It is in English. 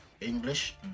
English